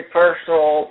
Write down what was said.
personal